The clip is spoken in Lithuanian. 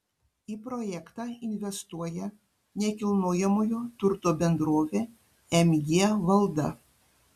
į projektą investuoja nekilnojamojo turto bendrovė mg valda